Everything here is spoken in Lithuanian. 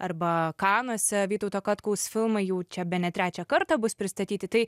arba kanuose vytauto katkaus filmai jau čia bene trečią kartą bus pristatyti tai